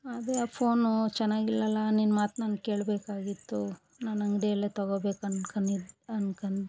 ಅದೇ ಆ ಫೋನು ಚೆನ್ನಾಗಿಲ್ಲಲ್ಲ ನಿನ್ನ ಮಾತು ನಾನು ಕೇಳಬೇಕಾಗಿತ್ತು ನಾನು ಅಂಗಡಿಯಲ್ಲೆ ತಗೊಬೇಕು ಅನ್ಕೊನಿ ಅನ್ಕೊಂಡ್